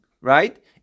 right